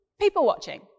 People-watching